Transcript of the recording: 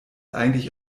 eigentlich